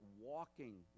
walking